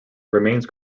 remains